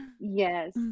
Yes